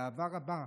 באהבה רבה,